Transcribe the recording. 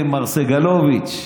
מר סגלוביץ',